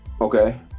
Okay